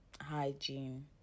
hygiene